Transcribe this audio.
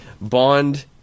bond